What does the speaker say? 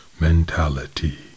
mentality